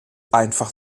einfach